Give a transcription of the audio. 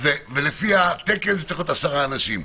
ולפי התקן זה צריך להיות עשרה אנשים.